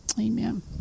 Amen